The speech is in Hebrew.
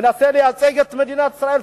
מנסה לייצג את מדינת ישראל.